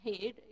head